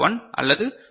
1 அல்லது 0